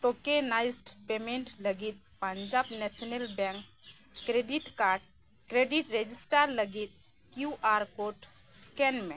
tokenised payment ᱞᱟᱹᱜᱤᱫ Punjab national bank credit card credit register ᱞᱟᱹᱜᱤᱫ QR code scan ᱢᱮ